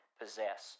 possess